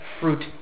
fruit